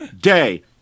day